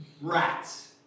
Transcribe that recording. Rats